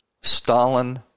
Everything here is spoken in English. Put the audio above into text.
Stalin